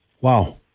Wow